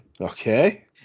Okay